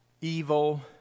evil